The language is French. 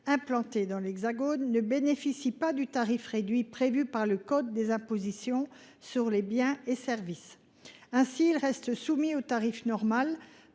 implantés dans l’Hexagone, ils ne bénéficient pas du tarif réduit prévu par le code des impositions sur les biens et services. Ainsi, ils restent soumis au tarif normal,